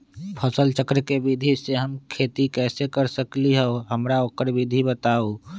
फसल चक्र के विधि से हम कैसे खेती कर सकलि ह हमरा ओकर विधि बताउ?